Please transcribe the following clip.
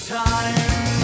time